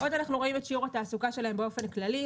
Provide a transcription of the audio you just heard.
גם על שיעור התעסוקה שלהם באופן כללי.